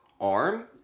arm